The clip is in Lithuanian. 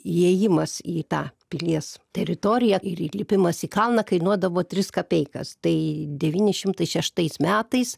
įėjimas į tą pilies teritoriją ir įlipimas į kalną kainuodavo tris kapeikas tai devyni šimtai šeštais metais